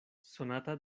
sonata